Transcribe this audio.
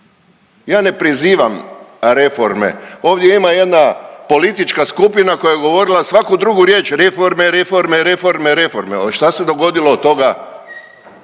Ja ne prizivam reforme, ovdje ima jedna politička skupina koja je govorila svaku drugu riječ reforme, reforme, reforme, reforme, ali šta se dogodilo od toga?